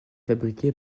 fabriqué